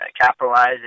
capitalize